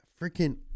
freaking